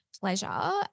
pleasure